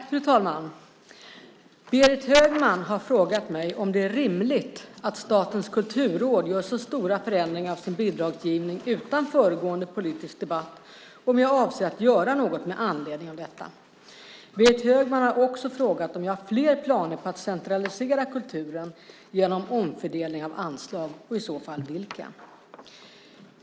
Fru talman! Berit Högman har frågat mig om det är rimligt att Statens kulturråd gör så stora förändringar av sin bidragsgivning utan föregående politisk debatt och om jag avser att göra något med anledning av detta. Berit Högman har också frågat om jag har fler planer på att centralisera kulturen genom omfördelning av anslag och i så fall vilka.